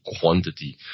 quantity